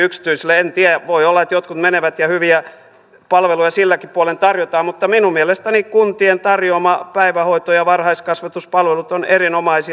en tiedä voi olla että jotkut menevät ja hyviä palveluja silläkin puolen tarjotaan mutta minun mielestäni kuntien tarjoamat päivähoito ja varhaiskasvatuspalvelut ovat erinomaisia